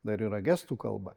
dar yra gestų kalba